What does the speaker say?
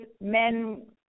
men